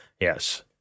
Yes